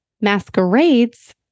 masquerades